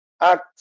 act